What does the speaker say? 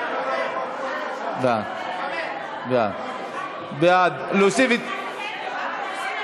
47.